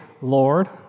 Lord